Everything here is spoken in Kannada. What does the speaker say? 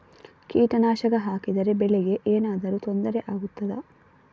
ಕೀಟನಾಶಕ ಹಾಕಿದರೆ ಬೆಳೆಗೆ ಏನಾದರೂ ತೊಂದರೆ ಆಗುತ್ತದಾ?